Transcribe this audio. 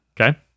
Okay